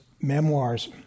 memoirs